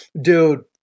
Dude